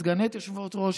סגניות יושבות-ראש,